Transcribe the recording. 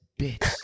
bitch